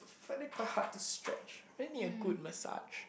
find it quite hard to stretch I need a good massage